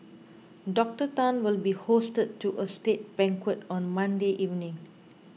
Doctor Tan will be hosted to a state banquet on Monday evening